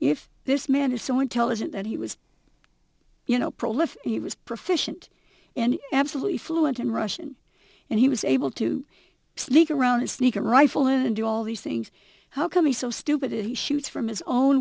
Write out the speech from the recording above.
if this man is so intelligent that he was you know prolife he was proficiency and absolutely fluent in russian and he was able to sneak around and sneak a rifle and do all these things how come he's so stupid he shoots from his own